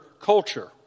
culture